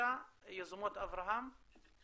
יוזמות אברהם.